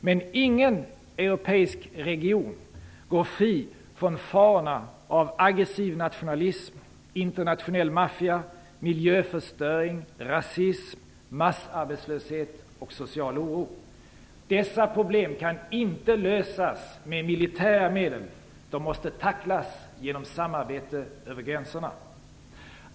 Men ingen europeisk region går fri från farorna av aggressiv nationalism, internationell maffia, miljöförstöring, rasism, massarbetslöshet och social oro. Dessa problem kan inte lösas med militära medel - de måste tacklas genom samarbete över gränserna.